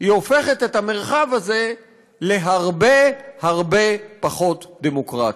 היא הופכת את המרחב הזה להרבה הרבה פחות דמוקרטי.